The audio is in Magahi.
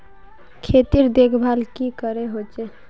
खेतीर देखभल की करे होचे?